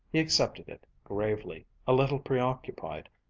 he accepted it gravely, a little preoccupied,